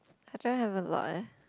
I don't have a lot eh